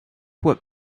what